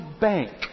bank